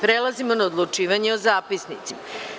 Prelazimo na odlučivanje o zapisnicima.